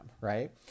right